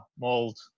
mold